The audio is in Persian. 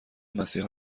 مسیحا